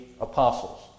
apostles